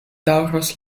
daŭros